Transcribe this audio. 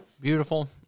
Beautiful